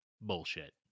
Bullshit